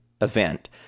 event